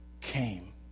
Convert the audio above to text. came